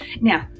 Now